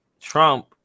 Trump